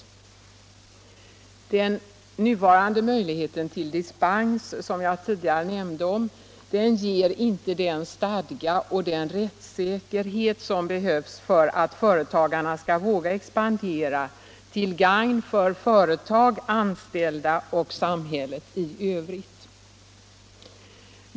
Den nuvarande möjligheten till dispens, som jag tidigare nämnde, ger inte den stadga och den rättssäkerhet som behövs för att småföretagarna skall våga expandera till gagn för företaget, de anställda och samhället i övrigt.